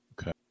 Okay